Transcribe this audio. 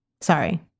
Sorry